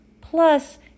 plus